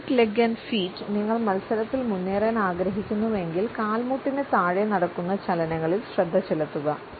topic leg and feet നിങ്ങൾ മത്സരത്തിൽ മുന്നേറാൻ ആഗ്രഹിക്കുന്നുവെങ്കിൽ കാൽമുട്ടിന് താഴെ നടക്കുന്ന ചലനങ്ങളിൽ ശ്രദ്ധ ചെലുത്തുക